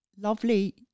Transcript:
lovely